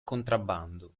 contrabbando